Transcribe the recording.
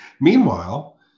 meanwhile